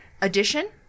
addition